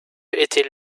était